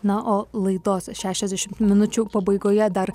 na o laidos šešiasdešimt minučių pabaigoje dar